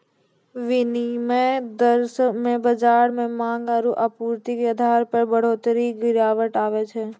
विनिमय दर मे बाजार मे मांग आरू आपूर्ति के आधार पर बढ़ोतरी गिरावट आवै छै